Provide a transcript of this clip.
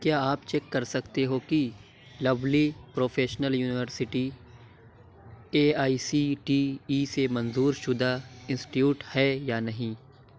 کیا آپ چیک کر سکتے ہو کہ Lovely Professional University A I C T E سے منظور شدہ انسٹیٹیوٹ ہے یا نہیں